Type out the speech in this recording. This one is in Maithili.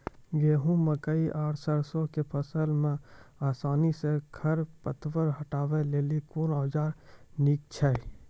गेहूँ, मकई आर सरसो के फसल मे आसानी सॅ खर पतवार हटावै लेल कून औजार नीक है छै?